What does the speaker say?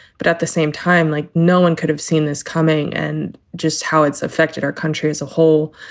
but at the same time, like no one could have seen this coming. and just how it's affected our country as a whole,